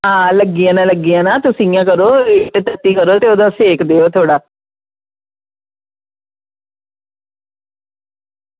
आं एह् लग्गी जाना लग्गी जाना ते तुस इंया करो थोह्ड़ा सेक देओ एह्दा एह् ठीक होई जाना